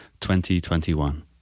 2021